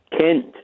Kent